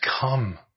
come